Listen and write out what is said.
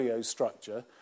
structure